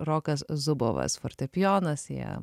rokas zubovas fortepijonas jie